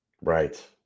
Right